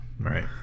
Right